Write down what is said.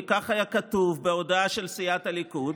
כי כך היה כתוב בהודעה של סיעת הליכוד,